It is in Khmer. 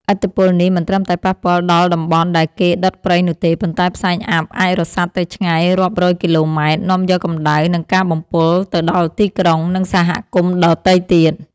ឥទ្ធិពលនេះមិនត្រឹមតែប៉ះពាល់ដល់តំបន់ដែលគេដុតព្រៃនោះទេ ប៉ុន្តែផ្សែងអ័ព្ទអាចរសាត់ទៅឆ្ងាយរាប់រយគីឡូម៉ែត្រ នាំយកកម្ដៅ និងការបំពុលទៅដល់ទីក្រុង និងសហគមន៍ដទៃទៀត។